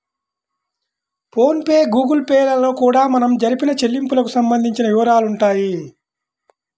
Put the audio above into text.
phone pay Google Pay లలో కూడా మనం జరిపిన చెల్లింపులకు సంబంధించిన వివరాలుంటాయి